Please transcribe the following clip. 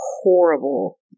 horrible